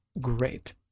great